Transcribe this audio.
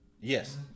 Yes